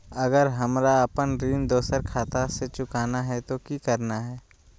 अगर हमरा अपन ऋण दोसर खाता से चुकाना है तो कि करना है?